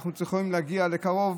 אנחנו יכולים להגיע קרוב,